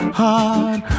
heart